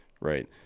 right